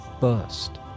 first